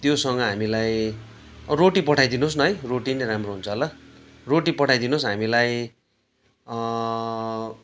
त्योसँग हामीलाई रोटी पठाइदिनुहोस् न है रोटी नै राम्रो हुन्छ होला रोटी पठाइदिनुहोस् हामीलाई